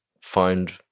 find